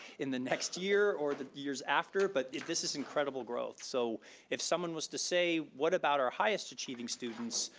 in the next year or the years after, but this is incredible growth. so if someone was to say, what about our highest achieving students,